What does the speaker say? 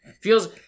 Feels